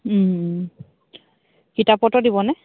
কিতাপ পত্ৰ দিবনে